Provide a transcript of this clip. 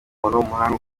w’umuhanga